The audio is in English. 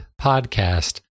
podcast